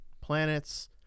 planets